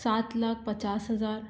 सात लाख पचास हज़ार